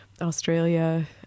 Australia